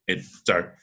Sorry